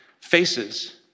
faces